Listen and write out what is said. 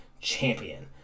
champion